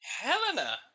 Helena